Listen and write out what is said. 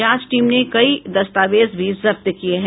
जांच टीम ने कई दस्तावेज भी जब्त किये हैं